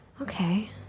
Okay